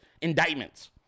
indictments